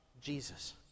Jesus